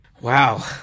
Wow